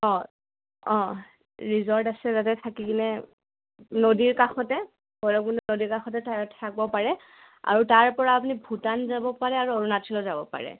অঁ অঁ ৰিজৰ্ট আছে যাতে থাকি কিনে নদীৰ কাষতে ভৈৰৱকুণ্ড নদীৰ কাষতে থা থাকিব পাৰে আৰু তাৰপৰা আপুনি ভূটান যাব পাৰে আৰু অৰুণাচলো যাব পাৰে